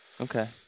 okay